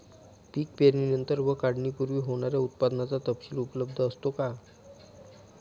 पीक पेरणीनंतर व काढणीपूर्वी होणाऱ्या उत्पादनाचा तपशील उपलब्ध असतो का?